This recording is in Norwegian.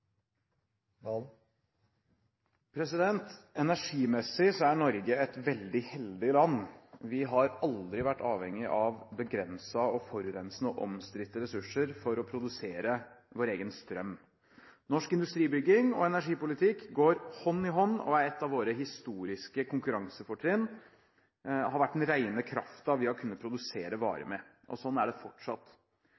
Norge et veldig heldig land. Vi har aldri vært avhengig av begrensede, forurensende og omstridte ressurser for å produsere vår egen strøm. Norsk industribygging og energipolitikk går hånd i hånd, og et av våre historiske konkurransefortrinn har vært den rene kraften vi har kunnet produsere varer